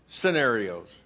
scenarios